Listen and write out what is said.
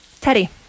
Teddy